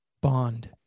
Bond